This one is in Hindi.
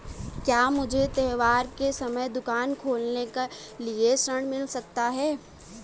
क्या मुझे त्योहार के समय दुकान खोलने के लिए ऋण मिल सकता है?